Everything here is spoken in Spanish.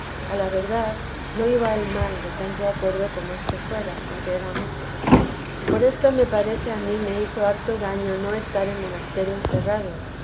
a la verdad no iba el mal de tanto acuerdo como esto fuera aunque era mucho por esto me parece a mí me hizo harto daño no estar en monasterio encerrado